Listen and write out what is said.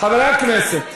חברי הכנסת,